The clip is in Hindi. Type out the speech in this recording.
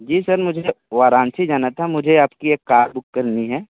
जी सर मुझे वाराणसी जाना था मुझे आपकी एक कार बुक करनी है